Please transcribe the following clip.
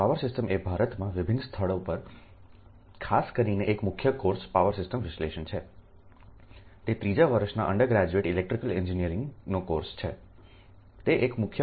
power system એ ભારતમાં વિભિન્ન સ્થળો માટે ખાસ કરીને એક મુખ્ય કોર્સ પાવર સિસ્ટમ વિશ્લેષણ છે તે ત્રીજા વર્ષનો અંડરગ્રેજ્યુએટ ઇલેક્ટ્રિકલ એન્જિનિયરિંગ કોર્સ છે તે એક મુખ્ય કોર્સ છે